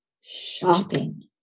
shopping